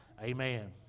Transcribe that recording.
Amen